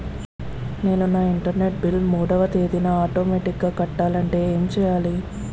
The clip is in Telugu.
నేను నా ఇంటర్నెట్ బిల్ మూడవ తేదీన ఆటోమేటిగ్గా కట్టాలంటే ఏం చేయాలి?